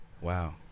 Wow